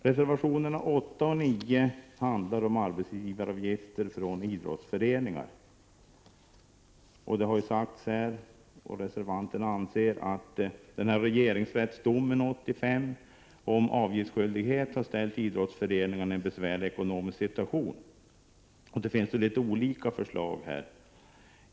Reservationerna 8 och 9 handlar om arbetsgivaravgifter från idrottsföreningar. Reservanterna anser, vilket framhållits här, att regeringsrättsdomen 1985 om avgiftsskyldighet har ställt idrottsföreningarna i en besvärlig ekonomisk situation. Det finns litet olika förslag.